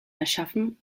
erschaffen